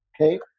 Okay